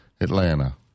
Atlanta